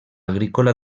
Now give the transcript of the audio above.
agrícola